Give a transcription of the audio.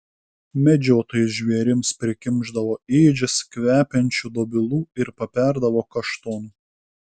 medžiotojas žvėrims prikimšdavo ėdžias kvepiančių dobilų ir paberdavo kaštonų